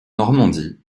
normandie